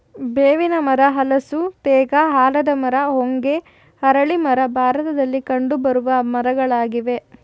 ಬೇವಿನ ಮರ, ಹಲಸು, ತೇಗ, ಆಲದ ಮರ, ಹೊಂಗೆ, ಅರಳಿ ಮರ ಭಾರತದಲ್ಲಿ ಕಂಡುಬರುವ ಮರಗಳಾಗಿವೆ